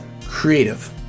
creative